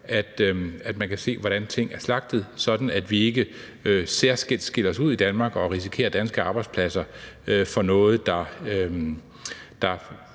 at man kan se, hvordan ting er slagtet, sådan at vi i Danmark ikke skiller os ud og risikerer danske arbejdspladser for noget, der